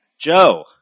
Joe